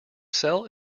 cell